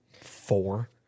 four